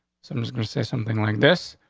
someone's going to say something like this.